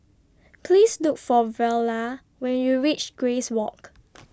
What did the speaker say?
Please Look For Viola when YOU REACH Grace Walk